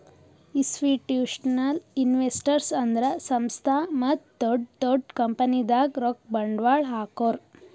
institutional investors ಅಂದ್ರ ಸಂಸ್ಥಾ ಮತ್ತ್ ದೊಡ್ಡ್ ದೊಡ್ಡ್ ಕಂಪನಿದಾಗ್ ರೊಕ್ಕ ಬಂಡ್ವಾಳ್ ಹಾಕೋರು